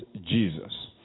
Jesus